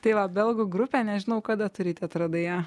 tai va belgų grupė nežinau kada tu ryti atradai ją